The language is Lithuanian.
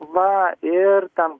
va ir ten